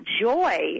joy